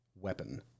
weapon